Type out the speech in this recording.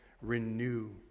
renew